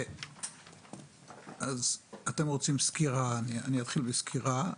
אתחיל בסקירה,